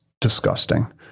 disgusting